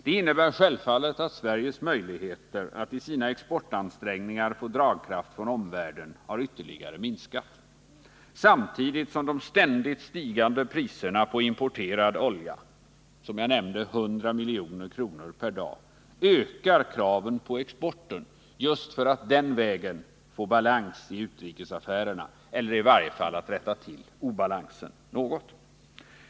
Det innebär självfallet att Sveriges möjligheter att i sina exportansträngningar få dragkraft från omvärlden ytterligare har minskat samtidigt som de ständigt stigande priserna på importerad olja ökar kraven på exporten just för att den vägen få balans i utrikesaffärerna eller för att i varje fall något rätta till obalansen.